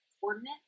coordinate